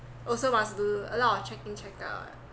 also must do a lot of check in check out